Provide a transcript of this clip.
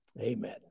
amen